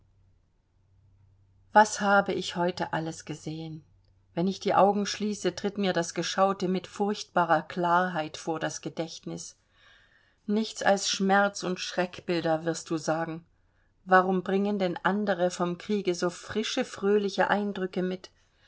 was habe ich heute alles gesehen wenn ich die augen schließe tritt mir das geschaute mit furchtbarer klarheit vor das gedächtnis nichts als schmerz und schreckbilder wirst du sagen warum bringen denn andere vom kriege so frische fröhliche eindrücke mit